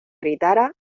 gritara